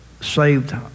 saved